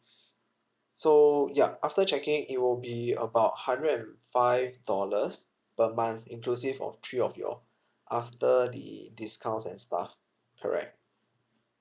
so ya after checking it will be about hundred and five dollars per month inclusive of three of you all after the discounts and stuff correct